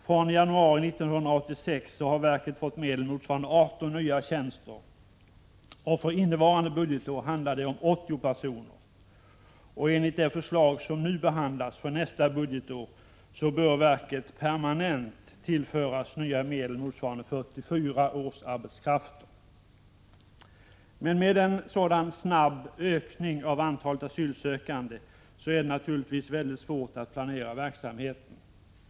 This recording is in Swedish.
Från januari 1986 har verket fått medel motsvarande 18 nya tjänster, och för innevarande budgetår handlar det om 80 personer. Enligt det förslag som nu behandlas för nästa budgetår bör verket permanent tillföras nya medel motsvarande 44 årsarbetskrafter. Med den snabba ökningen av antalet asylsökande är det naturligtvis svårt att planera verksamheten.